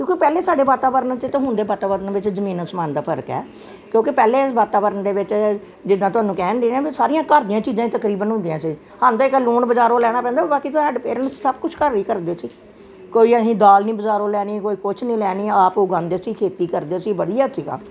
ਕਿਉਂਕਿ ਪਹਿਲੇ ਵਾਤਾਵਰਨ ਦੇ ਵਿੱਚ ਤੇ ਹੁਣ ਦੇ ਵਾਤਾਵਰਨ ਵਿਚ ਜਮੀਨ ਅਸਮਾਨ ਦਾ ਫ਼ਰਕ ਹੈ ਕਿਉਂਕਿ ਪਹਿਲੇ ਵਾਤਾਵਰਨ ਵਿਚ ਜਿਦਾਂ ਤੁਹਾਨੂੰ ਕਹਿ ਦਿੰਦੇ ਨੇ ਵੀ ਸਾਰੀਆਂ ਘਰ ਦੀਆਂ ਚੀਜ਼ਾਂ ਤਕਰੀਬਨ ਹੁੰਦੀਆਂ ਸੀ ਹਾਨੂੰ ਤਾਂ ਇੱਕ ਲੂਣ ਬਜਾਰੋ ਲੈਣਾ ਪੈਂਦਾ ਸੀ ਬਾਕੀ ਤਾਂ ਸਾਡੇ ਪੇਰੈਂਟਸ ਸਭ ਕੁਛ ਘਰੇ ਈ ਕਰਦੇ ਸੀ ਕੋਈ ਅਹੀਂ ਦਾਲ ਨੀ ਬਾਜਾਰੋ ਲੈਣੀ ਕੋਈ ਕੁਛ ਨੀ ਲੈਣੀ ਆਪ ਉਗਾਉਂਦੇ ਸੀ ਖੇਤੀ ਕਰਦੇ ਸੀ ਵਧਿਆ ਸੀਗਾ